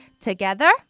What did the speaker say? Together